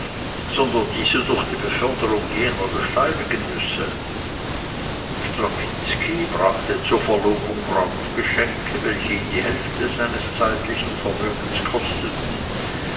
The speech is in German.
sondern diese durch die beförderung jener beschleunigen müsse strapinski brachte zur verlobung brautgeschenke welche ihn die hälfte seines zeitlichen vermögens kosteten